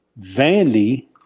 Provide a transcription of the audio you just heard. Vandy